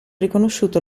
riconosciuto